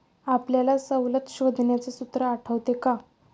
आपल्याला सवलत शोधण्याचे सूत्र आठवते का?